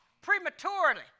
prematurely